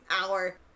hour